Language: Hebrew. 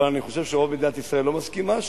אבל אני חושב שרוב מדינת ישראל לא מסכימה,